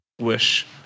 Wish